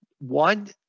one